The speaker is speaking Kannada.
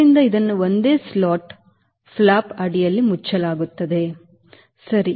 ಆದ್ದರಿಂದ ಇದನ್ನು ಒಂದೇ ಸ್ಲಾಟ್ ಫ್ಲಾಪ್ ಅಡಿಯಲ್ಲಿ ಮುಚ್ಚಲಾಗುತ್ತದೆ ಸರಿ